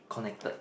connected